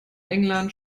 england